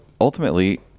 ultimately